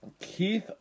Keith